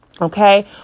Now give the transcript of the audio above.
Okay